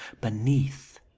beneath